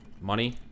money